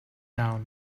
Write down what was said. down